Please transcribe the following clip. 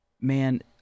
Man